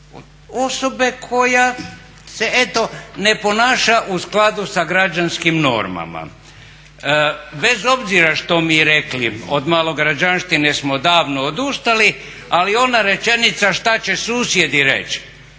osoba koja se eto ne ponaša u skladu sa građanskim normama. Bez obzira što mi rekli, od malograđanštine smo davno odustali, ali ona rečenica što će susjedi reći